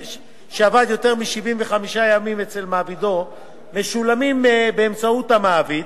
ימים אצל מעבידו משולמים באמצעות המעביד,